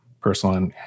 personal